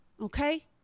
okay